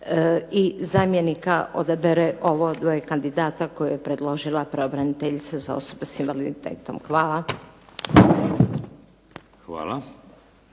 i zamjenika odabere ovo dvoje kandidata koje je predložila pravobraniteljica za osobe sa invaliditetom. Hvala.